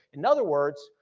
in other words,